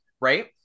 right